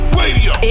radio